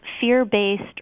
fear-based